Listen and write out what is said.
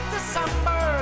December